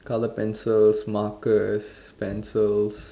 colour pencil markers pencils